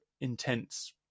intense